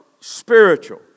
spiritual